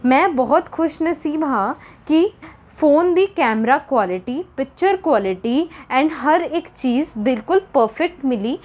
ਮੈਂ ਬਹੁਤ ਖੁਸ਼ਨਸੀਬ ਹਾਂ ਕਿ ਫੋਨ ਦੀ camera quality picture quality and ਹਰ ਇੱਕ ਚੀਜ਼ ਬਿਲਕੁਲ ਪ੍ਰਫੈਕਟ ਮਿਲੀ